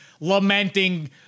lamenting